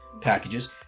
packages